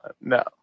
No